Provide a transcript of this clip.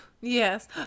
Yes